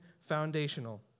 foundational